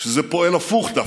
שזה פועל הפוך דווקא,